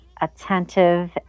attentive